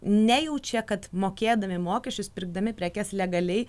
nejaučia kad mokėdami mokesčius pirkdami prekes legaliai